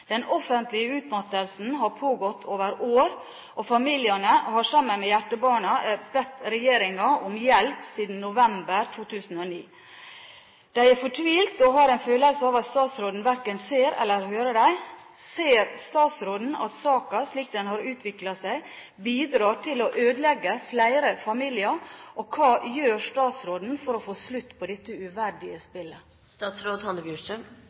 Den offentlige utmattelsen har pågått over år, og familiene har sammen med foreldreorganisasjonen Hjernebarna Norge bedt regjeringen om hjelp siden november 2009. De er fortvilet og har en følelse av at statsråden hverken ser eller hører dem. Ser statsråden at saken slik den har utviklet seg, bidrar til å ødelegge flere familier, og hva gjør statsråden for å få slutt på dette uverdige